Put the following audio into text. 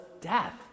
death